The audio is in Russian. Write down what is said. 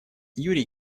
юрий